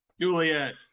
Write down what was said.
Juliet